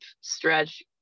stretch